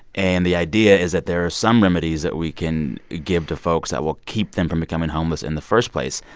and the idea is that there are some remedies that we can give to folks that will keep them from becoming homeless in the first place,